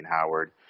Howard